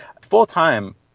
full-time